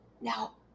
Now